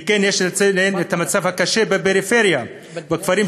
וכאן יש לציין את המצב הקשה בפריפריה ובכפרים